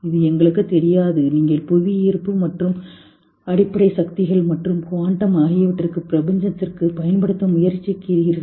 இது எங்களுக்குத் தெரியாது நீங்கள் புவியீர்ப்பு மற்றும் அடிப்படை சக்திகள் மற்றும் குவாண்டம் ஆகியவற்றை பிரபஞ்சத்திற்குப் பயன்படுத்த முயற்சிக்கிறீர்கள்